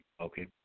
okay